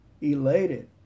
elated